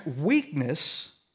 weakness